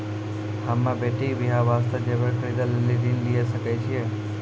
हम्मे बेटी के बियाह वास्ते जेबर खरीदे लेली ऋण लिये सकय छियै?